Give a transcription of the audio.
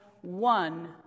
one